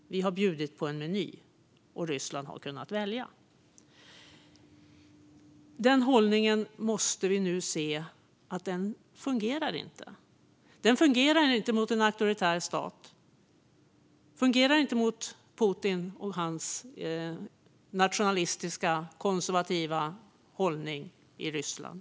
Vi har bjudit på en meny, och Ryssland har kunnat välja. Vi måste nu se att denna hållning inte fungerar mot en auktoritär stat. Den fungerar inte mot Putin och hans nationalistiska och konservativa hållning i Ryssland.